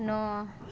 ନଅ